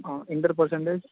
inter percentage